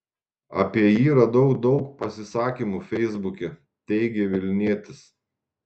apie jį radau daug pasisakymų feisbuke teigė vilnietis